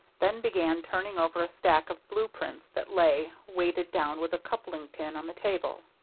then began turning over a stack of blue prints that lay, weighted down with a coupling pin, on the table.